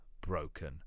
broken